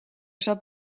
zat